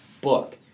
book